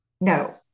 No